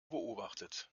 beobachtet